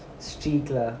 streak lah